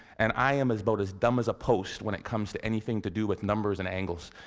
and i am as but as dumb as a post when it comes to anything to do with numbers and angles.